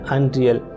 Unreal